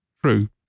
True